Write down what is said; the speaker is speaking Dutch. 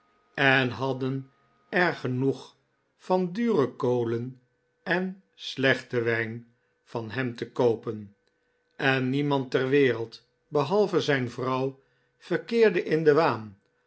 en hadden er genoeg van dure kolen en slechten wijn van hem te koopen en niemand ter wereld behalve zijn vrouw verkeerde in den waan